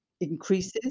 increases